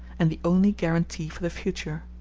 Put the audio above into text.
and the only guarantee for the future.